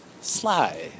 sly